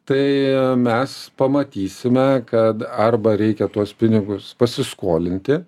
tai mes pamatysime kad arba reikia tuos pinigus pasiskolinti